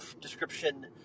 description